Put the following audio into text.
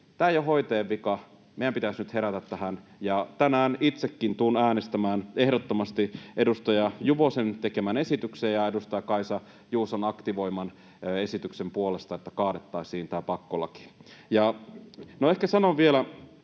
tämä ei ole hoitajien vika, meidän pitäisi nyt herätä tähän, ja tänään itsekin tulen äänestämään ehdottomasti edustaja Juvosen tekemän esityksen ja edustaja Kaisa Juuson aktivoiman esityksen puolesta, että kaadettaisiin tämä pakkolaki. No, ehkä sanon vielä